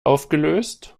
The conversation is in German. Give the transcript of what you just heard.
aufgelöst